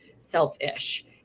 selfish